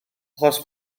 achos